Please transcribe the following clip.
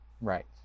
Right